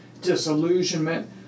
disillusionment